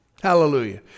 Hallelujah